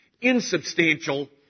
insubstantial